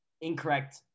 incorrect